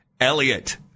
Elliot